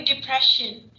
depression